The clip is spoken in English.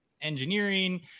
engineering